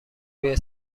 روی